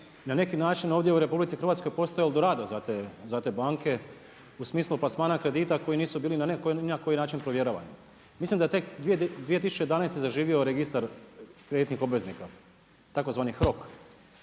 na neki način ovdje u RH postaje El Dorado za te banke u smislu plasmana kredita koji nisu bili ni na koji način provjeravani. Mislim da je tek 2011. zaživio Registar kreditnih obveznika, tzv. HROK.